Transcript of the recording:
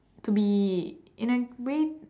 to be in a way